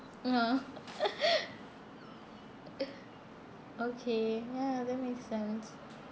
ya okay ya that makes sense